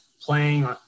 playing